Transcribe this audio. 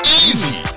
easy